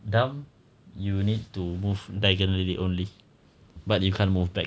dam you need to move diagonally only but you can't move back